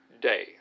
Day